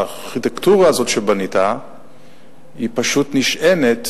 הארכיטקטורה הזאת שבנית פשוט נשענת